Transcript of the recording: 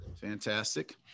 fantastic